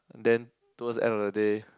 and then towards end of the day